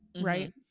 right